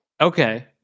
Okay